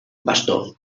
bastó